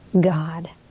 God